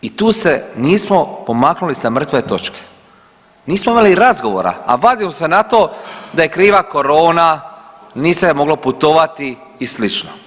I tu se nismo pomaknuli sa mrtve točke, nismo imali razgovora, a vadiju se na to da je kriva korona, nije se moglo putovati i sl.